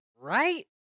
Right